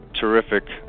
terrific